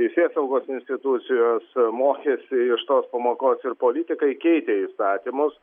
teisėsaugos institucijos mokėsi iš tos pamokos ir politikai keitė įstatymus